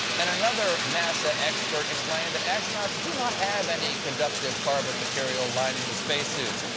and another nasa expert explained that astronauts do not have any conductive carbon material lining the spacesuits.